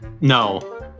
No